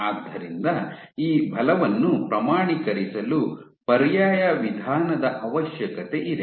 ಆದ್ದರಿಂದ ಈ ಬಲವನ್ನು ಪ್ರಮಾಣೀಕರಿಸಲು ಪರ್ಯಾಯ ವಿಧಾನದ ಅವಶ್ಯಕತೆ ಇದೆ